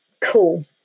Cool